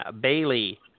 Bailey